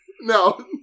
No